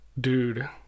dude